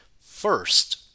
first